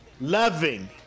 loving